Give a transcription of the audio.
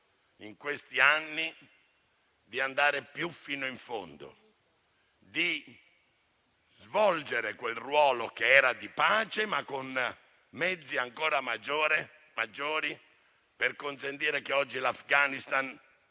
in questi anni, di andare maggiormente fino in fondo, di svolgere quel ruolo di pace, ma con mezzi ancora maggiori, per consentire che oggi l'Afghanistan